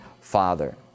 Father